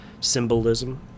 Symbolism